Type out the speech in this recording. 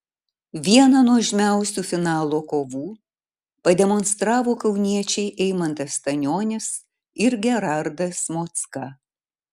vieną nuožmiausių finalo kovų pademonstravo kauniečiai eimantas stanionis ir gerardas mocka